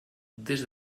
des